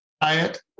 diet